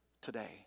today